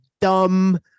dumb